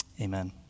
Amen